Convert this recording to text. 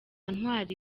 ntwari